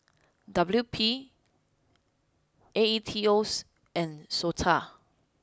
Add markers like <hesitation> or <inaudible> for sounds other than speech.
W P A E T O <hesitation> and Sota